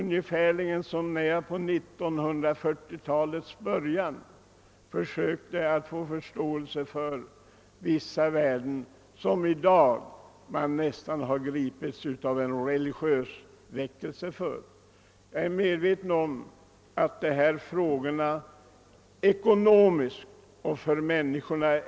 Det är ungefär som när jag vid 1940-talets början försökte skapa förståelse för vissa värden, för vilkas bevarande det i dag uppstått en nästan religiös väckelse. Jag är medveten om att dagens frågor ekonomiskt är vida större för människorna.